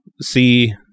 see